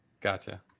Gotcha